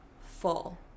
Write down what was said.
full